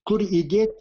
kur judėti